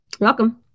Welcome